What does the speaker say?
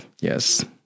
Yes